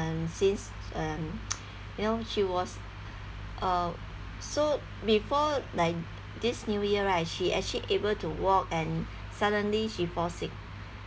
uh since uh you know she was uh so before like this new year right she actually able to walk and suddenly she fall sick